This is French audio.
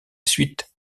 suite